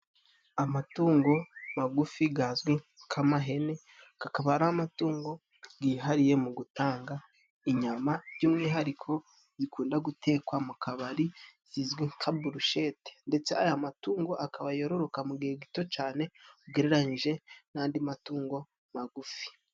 Amatungo magufi gazwi nk'amahene gakaba ari amatungo gihariye mu gutanga inyama by'umwihariko zikunda gutekwa mu kabari zizwi nka burushete ndetse aya matungo akaba yororoka mu gihe gito cane ugereranyije n'andi matungo magufi.